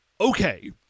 Okay